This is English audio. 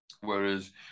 Whereas